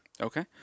Okay